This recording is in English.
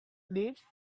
lifts